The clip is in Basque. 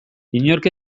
inork